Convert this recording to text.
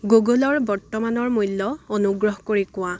গুগলৰ বৰ্তমানৰ মূল্য অনুগ্ৰহ কৰি কোৱা